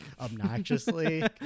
obnoxiously